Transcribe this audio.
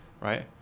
right